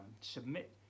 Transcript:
submit